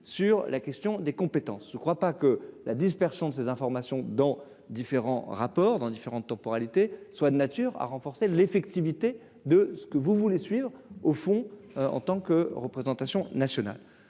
sur la question des compétences, je ne crois pas que la dispersion de ces informations dans différents rapports dans différentes temporalités soit de nature à renforcer l'effectivité de ce que vous voulez suivre au fond en tant que représentation nationale,